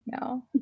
No